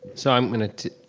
so i'm gonna take.